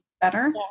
better